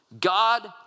God